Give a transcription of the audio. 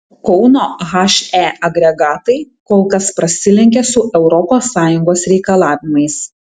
kauno he agregatai kol kas prasilenkia su europos sąjungos reikalavimais